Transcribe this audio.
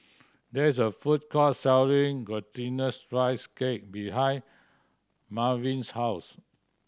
there is a food court selling Glutinous Rice Cake behind Mervin's house